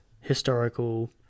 historical